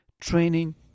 training